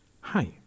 Hi